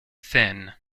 thin